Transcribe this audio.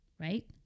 right